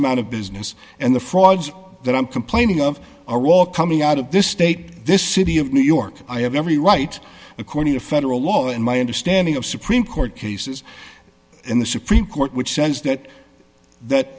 amount of business and the frauds that i'm complaining of are all coming out of this state this city of new york i have every right according to federal law in my understanding of supreme court cases in the supreme court which says that that